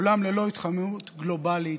עולם ללא התחממות גלובלית,